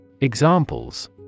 Examples